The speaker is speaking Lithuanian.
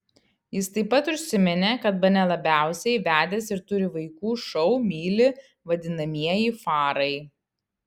jis taip pat užsiminė kad bene labiausiai vedęs ir turi vaikų šou myli vadinamieji farai